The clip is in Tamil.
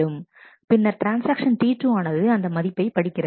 பின்னர் ட்ரான்ஸ்ஆக்ஷன்T2 ஆனது அந்த மதிப்பை படிக்கிறது